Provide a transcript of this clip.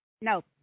No